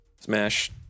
Smash